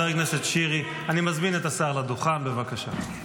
אני מזמין את השר לדוכן, בבקשה.